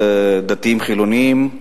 דתיים-חילונים,